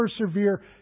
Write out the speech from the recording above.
persevere